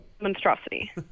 monstrosity